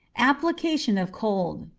application of cold.